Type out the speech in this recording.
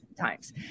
times